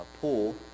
pool